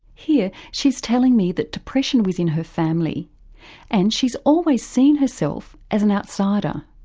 here she's telling me that depression was in her family and she's always seen herself as an outsider.